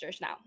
now